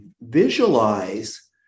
visualize